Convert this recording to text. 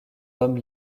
homme